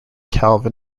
calvin